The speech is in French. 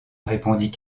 répondit